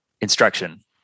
instruction